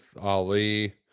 Ali